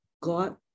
God